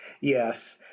Yes